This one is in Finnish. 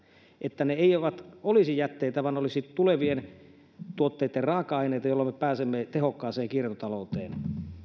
että ne eivät olisi jätteitä vaan ne olisivat tulevien tuotteitten raaka aineita jolloin me pääsemme tehokkaaseen kiertotalouteen